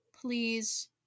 Please